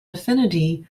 affinity